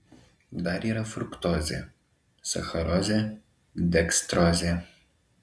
dar yra fruktozė sacharozė dekstrozė